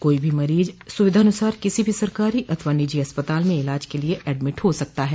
कोई भी मरीज सुविधानुसार किसी भी सरकारी अथवा निजी अस्पताल में इलाज के लिए एडमिट हो सकता है